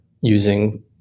using